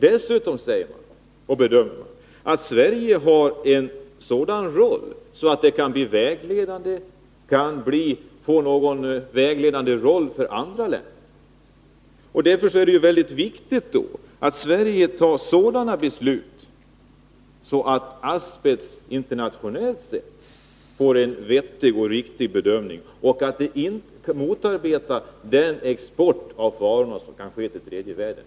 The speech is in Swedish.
Dessutom bedömer man att Sverige har en sådan vägledande roll för andra länder att det är viktigt att Sverige fattar sådana beslut att frågan om användningen av asbest internationellt sett får en vettig och riktig bedömning och att detta inte får stoppa exporten av varor till tredje världen.